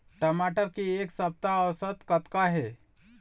टमाटर के एक सप्ता औसत कतका हे?